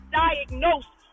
diagnosed